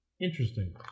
Interesting